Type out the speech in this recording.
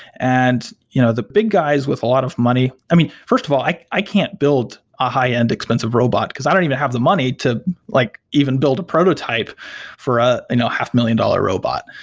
and you know the big guys with a lot of money i mean, first of all, i i can't build a high-end expensive robot, because i don't even have the money to like even build a prototype for a you know half a million dollar robot.